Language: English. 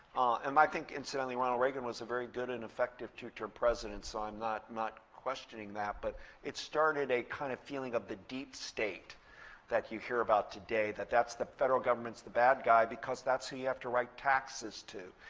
um i think, incidentally, ronald reagan was a very good and effective two term president. so i'm not not questioning that, but it started a kind of feeling of the deep state that you hear about today, that the federal government's the bad guy, because that's who you have to write taxes to.